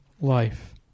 life